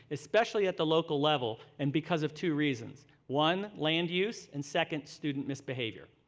especially at the local level and because of two reasons one, land use and second student misbehavior.